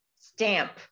stamp